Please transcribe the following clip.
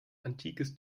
antikes